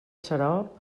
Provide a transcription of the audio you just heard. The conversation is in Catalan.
xarop